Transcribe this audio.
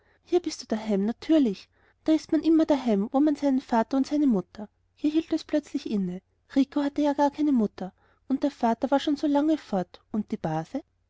hier bist du daheim natürlich da ist man immer daheim wo man seinen vater und seine mutter hier hielt es plötzlich inne rico hatte ja gar keine mutter und der vater war schon so lang wieder fort und die base